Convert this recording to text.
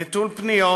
נטול פניות,